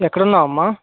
ఎక్కడున్నావమ్మా